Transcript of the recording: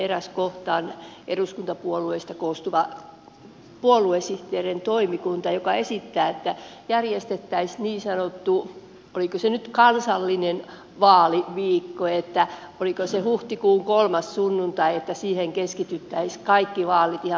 eräs mielenkiintoinen kohta on eduskuntapuolueista koostuvan puoluesihteereiden toimikunnan esitys että järjestettäisiin niin sanottu oliko se nyt kansallinen vaaliviikko oliko se huhtikuun kolmas sunnuntai että siihen keskitettäisiin kaikki vaalit ihan presidentinvaaleja myöten